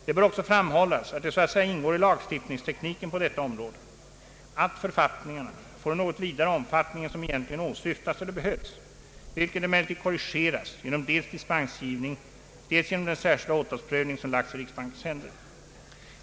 Det bör också framhållas att det så att säga ingår i lagstiftningstekniken på detta område att författningarna får en något vidare omfattning än som egentligen åsyftas eller behövs, vilket emellertid korrigeras genom dels dispensgivning dels genom den särskilda åtalsprövning som lagts i riksbankens händer.